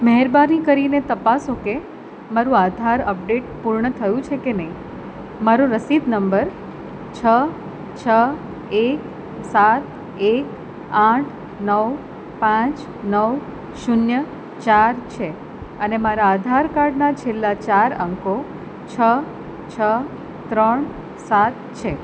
મહેરબાની કરીને તપાસો કે મારું આધાર અપડેટ પૂર્ણ થયું છે કે નહીં મારો રસીદ નંબર છ છ એક સાત એક આઠ નવ પાંચ નવ શૂન્ય ચાર છે અને મારા આધાર કાર્ડના છેલ્લા ચાર અંકો છ છ ત્રણ સાત છે